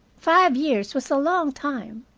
five years was a long time.